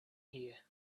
here